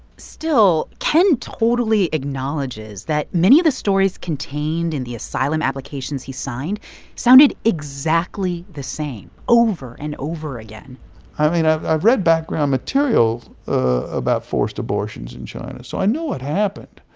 still, ken totally acknowledges acknowledges that many of the stories contained in the asylum applications he signed sounded exactly the same over and over again i mean, i've ah read background materials about forced abortions in china, so i know it happened,